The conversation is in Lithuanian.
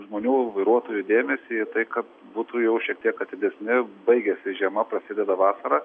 žmonių vairuotojų dėmesį į tai kad būtų jau šiek tiek atidesni baigiasi žiema prasideda vasara